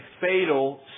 fatal